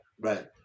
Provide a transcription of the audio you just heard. right